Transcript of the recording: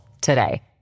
today